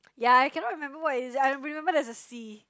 ya I cannot remember what is it I remember there's a C